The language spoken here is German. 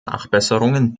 nachbesserungen